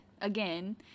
again